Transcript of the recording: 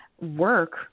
work